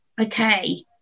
okay